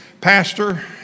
pastor